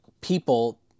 people